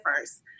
first